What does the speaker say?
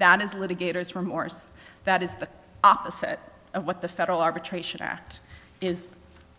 that is litigators remorse that is the opposite of what the federal arbitration act is